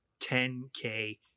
10K